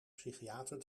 psychiater